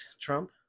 Trump